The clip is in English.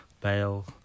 Bale